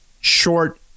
short